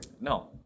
No